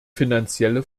finanzielle